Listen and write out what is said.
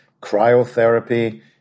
cryotherapy